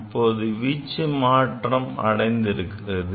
இப்போது வீச்சு மாற்றம் அடைந்திருக்கிறது